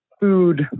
food